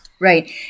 Right